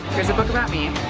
here's a book about me.